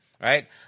right